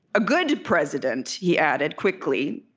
a good president he added quickly,